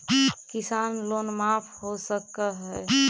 किसान लोन माफ हो सक है?